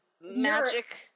magic